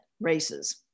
races